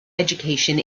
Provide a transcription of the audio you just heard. education